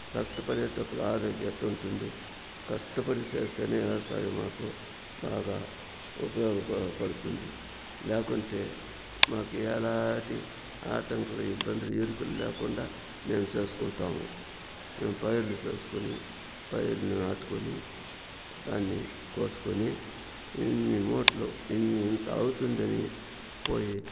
కష్టపడేటప్పుడు ఎట్ట ఉంటుంది కష్టపడి చేస్తేనే వ్యవసాయం మాకు బాగా ఉపయోగపపడుతుంది లేకుంటే మాకు ఎలాంటి ఆటంకులు ఇబ్బందులు ఎవరికి లేకుండా మేము చేసుకుంటాము మేము పైరులు చేసుకొని పైరులు నాటుకొని దాని కోసుకొని ఇన్ని మూటలు ఇంత అవుతుందని పోయి